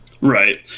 right